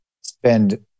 spend